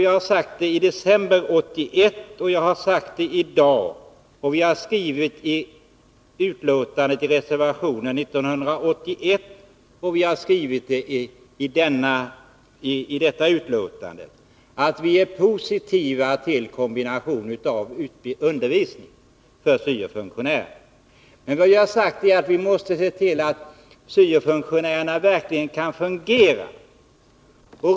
Jag har sagt det i december 1981 och i dag, och vi har skrivit det i reservationen i betänkandet 1981 och i detta betänkande, att vi är positiva till en kombination av undervisning för syo-funktionärer. Men vi måste se till att syo-funktionärerna verkligen kan fungera.